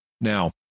Now